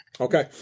okay